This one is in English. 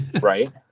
Right